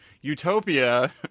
utopia